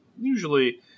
Usually